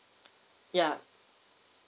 yup